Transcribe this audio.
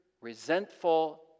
resentful